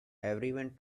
everyone